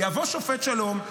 יבוא שופט שלום,